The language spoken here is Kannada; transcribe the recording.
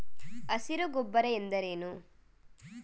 ಹಸಿರು ಗೊಬ್ಬರ ಎಂದರೇನು?